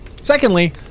Secondly